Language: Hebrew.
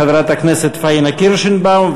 חברת הכנסת פניה קירשנבאום,